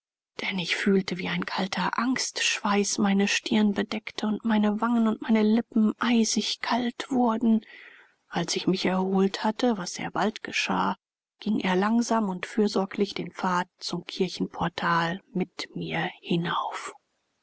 denn ich fühlte wie ein kalter angstschweiß meine stirn bedeckte und meine wangen und meine lippen eisig kalt wurden als ich mich erholt hatte was sehr bald geschah ging er langsam und fürsorglich den pfad zum kirchenportal mit mir hinauf